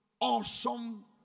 awesome